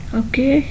okay